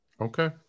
Okay